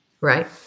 Right